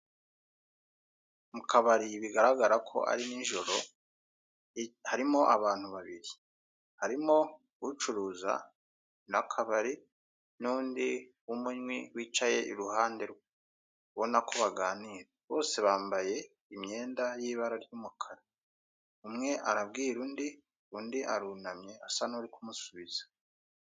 Mu kabari bigaragara ko ari ni joro harimo abantu babiri harimo: ucuruza n'akabari n'undi umwe wicaye iruhande rwe ubona ko baganira bose bambaye imyenda y'ibara ry'umukara umwe arabwira undi, undi arunamye asa n'umusubiza.